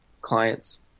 clients